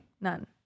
None